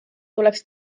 tuleks